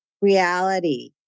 reality